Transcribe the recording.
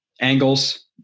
Angles